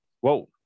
Whoa